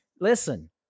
Listen